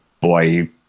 boy